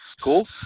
Cool